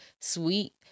sweet